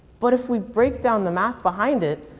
but if we break down the math behind it,